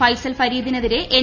ഫൈസൽ ഫരീദിനെതിരെ എൻ